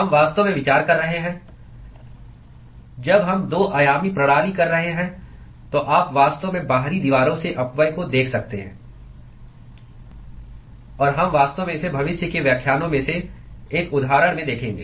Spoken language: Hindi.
हम वास्तव में विचार कर रहे हैं जब हम 2 आयामी प्रणाली कर रहे हैं तो आप वास्तव में बाहरी दीवारों से अपव्यय को देख सकते हैं और हम वास्तव में इसे भविष्य के व्याख्यानों में से एक उदाहरण में देखेंगे